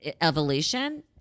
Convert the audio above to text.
evolution